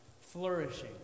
Flourishing